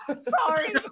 Sorry